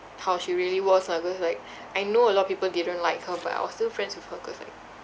how she really was lah cause like I know a lot of people didn't like her but I was still friends with her cause like